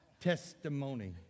Testimony